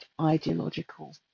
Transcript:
ideological